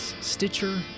Stitcher